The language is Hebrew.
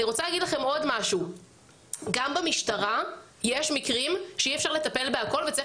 גם במשטרה יש מקרים שאי אפשר לטפל בהכול וצריך